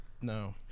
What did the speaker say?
no